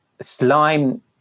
Slime